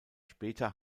später